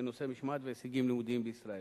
בנושא "משמעת והישגים לימודיים בישראל",